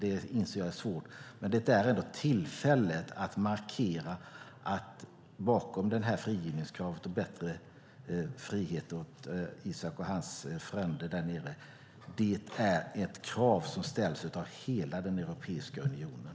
Jag inser att det är svårt, men detta är ändå tillfället att markera att frigivningskravet och bättre frihet åt Isaak och hans fränder där nere är ett krav som ställs av hela Europeiska unionen.